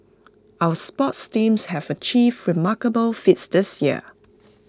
our sports teams have achieved remarkable feats this year